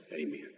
Amen